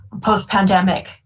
post-pandemic